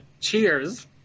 cheers